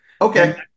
Okay